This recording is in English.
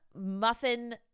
muffin